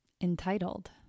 entitled